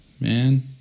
man